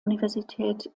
universität